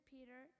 Peter